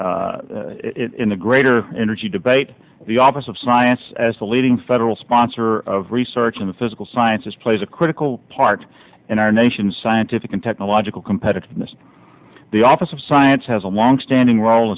integrator energy debate the office of science as the leading federal sponsor of research in the physical sciences plays a critical part in our nation's scientific and technological competitiveness the office of science has a long standing rol